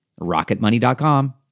rocketmoney.com